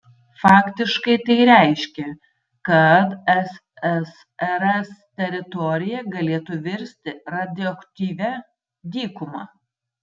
faktiškai tai reiškė kad ssrs teritorija galėtų virsti radioaktyvia dykuma